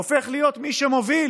הופך להיות מי שמוביל